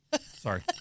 Sorry